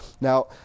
Now